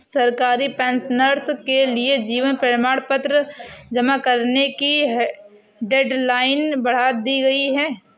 सरकारी पेंशनर्स के लिए जीवन प्रमाण पत्र जमा करने की डेडलाइन बढ़ा दी गई है